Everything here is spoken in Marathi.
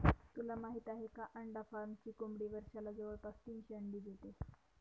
तुला माहित आहे का? अंडा फार्मची कोंबडी वर्षाला जवळपास तीनशे अंडी देते